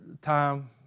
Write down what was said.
time